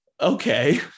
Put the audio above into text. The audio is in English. Okay